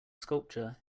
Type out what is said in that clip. sculpture